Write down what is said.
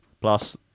Plus